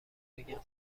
بگم